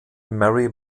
mary